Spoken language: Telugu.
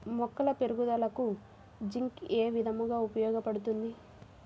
మొక్కల పెరుగుదలకు జింక్ ఏ విధముగా ఉపయోగపడుతుంది?